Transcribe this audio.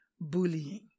bullying